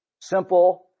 Simple